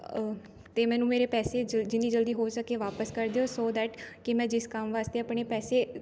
ਅਤੇ ਮੈਨੂੰ ਮੇਰੇ ਪੈਸੇ ਜਲ ਜਿੰਨੀ ਜਲਦੀ ਹੋ ਸਕੇ ਵਾਪਸ ਕਰ ਦਿਉ ਸੋ ਦੈਟ ਕਿ ਮੈਂ ਜਿਸ ਕੰਮ ਵਾਸਤੇ ਆਪਣੇ ਪੈਸੇ